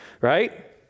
Right